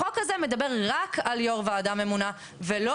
החוק הזה מדבר רק על יו"ר ועדה ממונה ולא